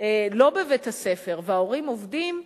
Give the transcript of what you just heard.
לא בבית-הספר וההורים עובדים,